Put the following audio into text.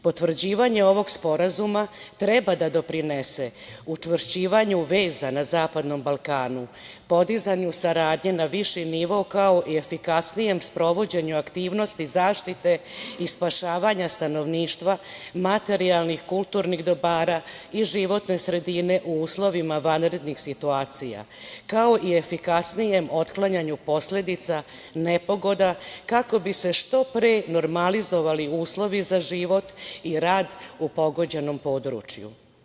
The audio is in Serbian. Potvrđivanje ovog sporazuma treba da doprinese učvršćivanju veza na Zapadnom Balkanu, podizanju saradnje na viši nivo kao i efikasnijem sprovođenju aktivnosti zaštite i spašavanja stanovništva materijalnih, kulturnih dobara i životne sredine u uslovima vanrednih situacija, kao i efikasnijem otklanjanju posledica nepogoda, kako bi se što pre normalizovali uslovi za život i rad u pogođenom području.